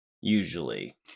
usually